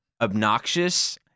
obnoxious